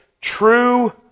true